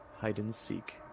hide-and-seek